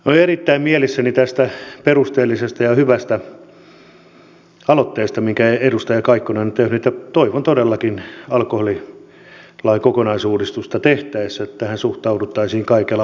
olen erittäin mielissäni tästä perusteellisesta ja hyvästä aloitteesta minkä edustaja kaikkonen on tehnyt ja toivon todellakin alkoholilain kokonaisuudistusta tehtäessä että tähän suhtauduttaisiin kaikella vakavuudella